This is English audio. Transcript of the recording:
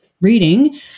reading